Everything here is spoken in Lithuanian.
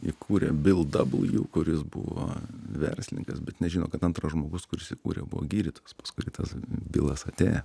įkūrė bil dabal ju kuris buvo verslininkas bet nežino kad antras žmogus kuris įkūrė buvo gydytojas pas kurį tas bilas atėjo